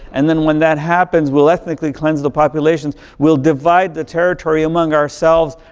and then when that happens, we'll ethnically cleanse the population. we'll divide the territory among ourselves,